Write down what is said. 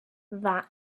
that